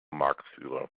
marktführer